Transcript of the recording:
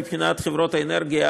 מבחינת חברות האנרגיה,